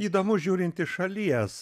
įdomu žiūrint iš šalies